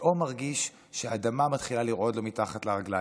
שפתאום מרגיש שהאדמה מתחילה לרעוד לו מתחת לרגליים,